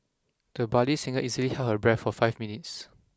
the budding singer easily held her breath for five minutes